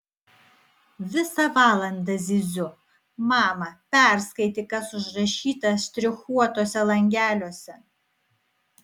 visą valandą zyziu mama perskaityk kas užrašyta štrichuotuose langeliuose